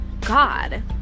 God